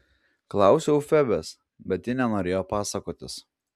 klausiau febės bet ji nenorėjo pasakotis